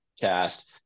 cast